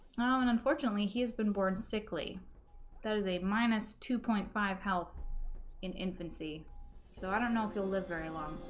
and unfortunately he has been born sickly that is a minus two point five health in infancy so i don't know if he'll live very long